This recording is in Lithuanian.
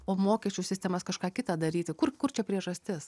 o mokesčių sistemas kažką kita daryti kur kur čia priežastis